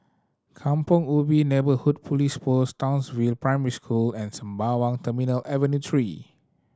Kampong Ubi Neighbourhood Police Post Townsville Primary School and Sembawang Terminal Avenue Three